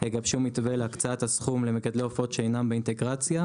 יגבשו מתווה להקצאת הסכום למגדלי עופות שאינם באינטגרציה,